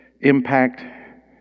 impact